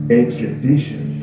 extradition